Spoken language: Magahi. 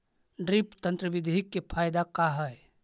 ड्रिप तन्त्र बिधि के फायदा का है?